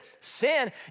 sin